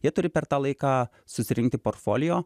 jie turi per tą laiką susirinkti portfolio